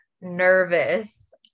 nervous